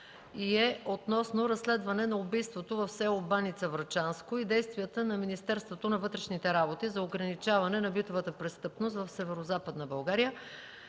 и е относно разследване на убийството в село Баница – Врачанско, и действията на Министерството на вътрешните работи за ограничаване на битовата престъпност в Северозападна България.